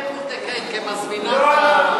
מתכוון לאישה שבלי ידיעת הבעל מזמינה פונדקאית.